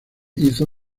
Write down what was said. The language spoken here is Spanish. hizo